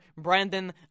Brandon